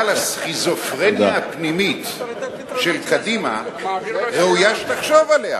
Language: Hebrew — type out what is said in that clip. אבל הסכיזופרניה של קדימה, ראויה שתחשוב עליה.